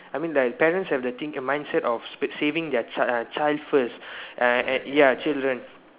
I mean like parents have the think mindset of saving their child uh child first uh and ya children